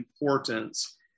importance